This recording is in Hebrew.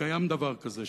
קיים דבר כזה,